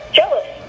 jealous